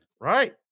Right